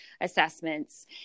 assessments